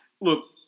look